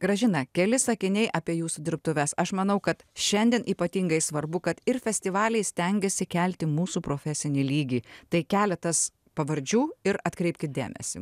gražina keli sakiniai apie jūsų dirbtuves aš manau kad šiandien ypatingai svarbu kad ir festivaliai stengiasi kelti mūsų profesinį lygį tai keletas pavardžių ir atkreipkit dėmesį